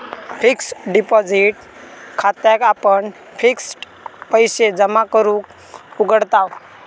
fixed deposit खात्याक आपण fixed पैशे जमा करूक उघडताव